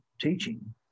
teaching